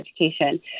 education